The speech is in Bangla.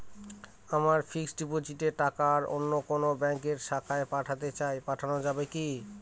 আমার ফিক্সট ডিপোজিটের টাকাটা অন্য কোন ব্যঙ্কের শাখায় পাঠাতে চাই পাঠানো যাবে কি?